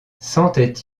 sentait